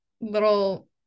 little